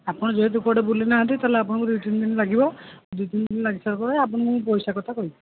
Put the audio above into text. ଆପଣ ଯେହେତୁ କୁଆଡ଼େ ବୁଲିନାହାଁନ୍ତି ତା'ହେଲେ ଆପଣଙ୍କୁ ଦୁଇ ତିନିଦିନ ଲାଗିବ ଦୁଇ ତିନିଦିନ ଲାଗି ସାରିବା ପରେ ମୁଁ ଆପଣଙ୍କୁ ପଇସା କଥା କହିବି